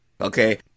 Okay